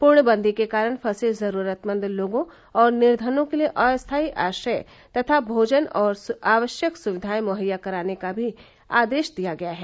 पूर्णबंदी के कारण फंसे जरूरतमंद लोगों और निर्धनों के लिए अस्थायी आश्रय तथा भोजन और आवश्यक सुक्धाए मुहैया कराने का भी आदेश दिया गया है